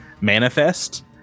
manifest